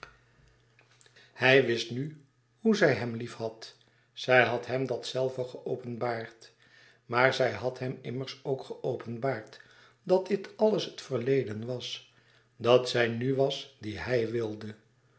hij wist nu he zij hem liefhad zij had hem dat zelve geopenbaard maar zij had hem immers ook geopenbaard dat dit alles het verleden was dat zij nu was die hij wilde